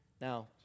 Now